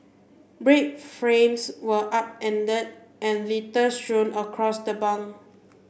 bred frames were upend and litter strewn across the bunk